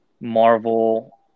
Marvel